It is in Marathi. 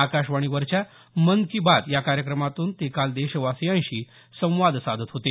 आकाशवाणीवरच्या मन की बात या कार्यक्रमातून ते काल देशवासियांशी संवाद साधत होते